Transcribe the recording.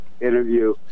interview